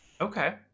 Okay